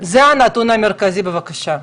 זה הנתון המרכזי, בבקשה,